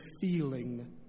feeling